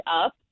up